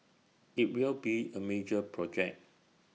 IT will be A major project